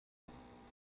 sein